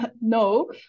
no